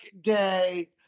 day